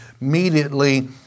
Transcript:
immediately